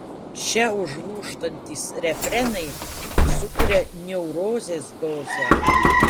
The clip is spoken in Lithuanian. čia užlūžtantys refrenai sukuria neurozės dozę